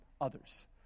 others